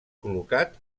col·locat